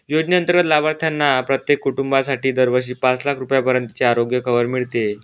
योजनेअंतर्गत लाभार्थ्यांना प्रत्येक कुटुंबासाठी दरवर्षी पाच लाख रुपयापर्यंतचे आरोग्य कवर मिळते